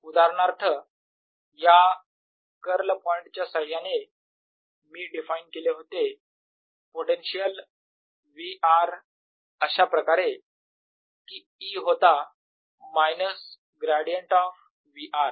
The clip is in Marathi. उदाहरणार्थ या कर्ल पॉईंट च्या साह्याने मी डिफाइन केले होते पोटेन्शियल V r अशाप्रकारे की E होता minus gradient of V r